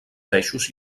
peixos